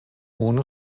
unu